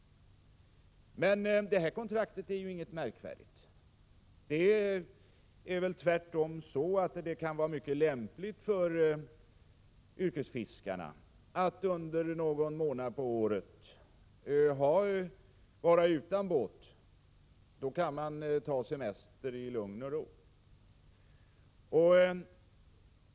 Detta kontrakt är inget märkvärdigt. Det är väl tvärtom så att det kan vara mycket lämpligt för yrkesfiskarna att under någon månad av året vara utan båt. Då kan de ta semester i lugn och ro.